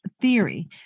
Theory